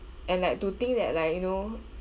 and like to think that like you know